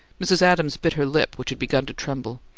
mrs. adams bit her lip, which had begun to tremble.